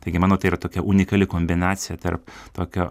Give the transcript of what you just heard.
taigi manau tai yra tokia unikali kombinacija tarp tokio